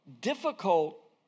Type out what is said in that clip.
difficult